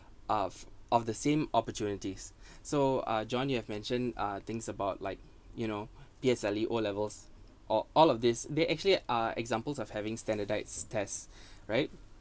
of of the same opportunities so uh john you have mentioned uh things about like you know P_S_L_E O levels or all of this they actually are examples of having standardised test right